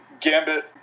Gambit